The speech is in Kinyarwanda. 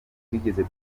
twigeze